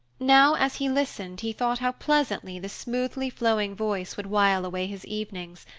now as he listened, he thought how pleasantly the smoothly flowing voice would wile away his evenings,